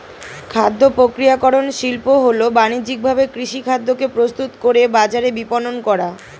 খাদ্যপ্রক্রিয়াকরণ শিল্প হল বানিজ্যিকভাবে কৃষিখাদ্যকে প্রস্তুত করে বাজারে বিপণন করা